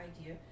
idea